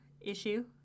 issue